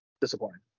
disappointing